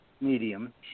medium